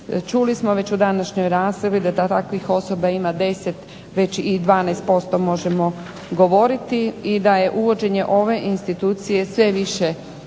Čuli smo već u današnjoj raspravi da takvih osoba ima 10, već i 12% možemo govoriti i da je uvođenje ove institucije sve više